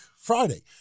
Friday